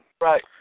Right